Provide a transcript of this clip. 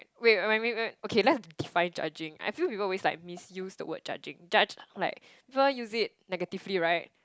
wait okay let's define judging I feel people always like misuse the word judging judge like people use it negatively right